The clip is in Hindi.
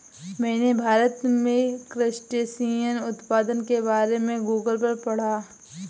मैंने भारत में क्रस्टेशियन उत्पादन के बारे में गूगल पर पढ़ा